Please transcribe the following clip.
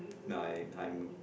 I'm if I'm